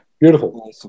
beautiful